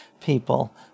people